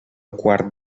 quart